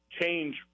change